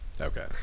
Okay